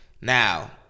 Now